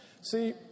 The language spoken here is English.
See